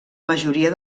majoria